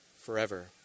forever